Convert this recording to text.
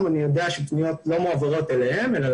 אני יודע שפניות לא מועברות אליהם אלא